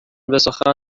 بسخن